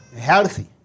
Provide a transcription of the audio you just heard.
healthy